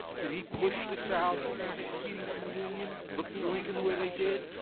did he push the south into seceding from the union and looking at lincoln the way they did?